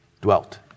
dwelt